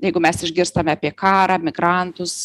jeigu mes išgirstame apie karą migrantus